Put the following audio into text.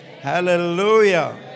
Hallelujah